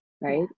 right